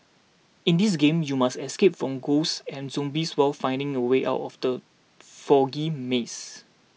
in this game you must escape from ghosts and zombies while finding the way out of the foggy maze